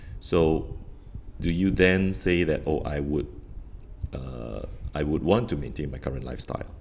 so do you then say that oh I would uh I would want to maintain my current lifestyle